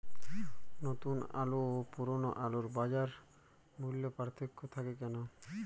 নতুন আলু ও পুরনো আলুর বাজার মূল্যে পার্থক্য থাকে কেন?